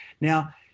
now